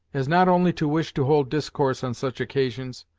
as not only to wish to hold discourse on such occasions,